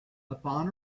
upon